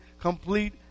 complete